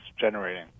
generating